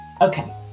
Okay